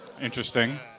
Interesting